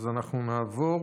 נעבור